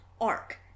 arc